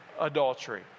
adultery